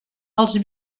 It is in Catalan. els